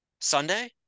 Sunday